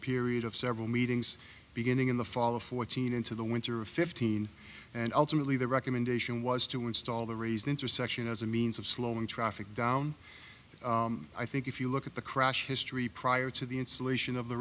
period of several meetings beginning in the fall of fourteen into the winter of fifteen and ultimately the recommendation was to install the raised intersection as a means of slowing traffic down i think if you look at the crash history prior to the installation of the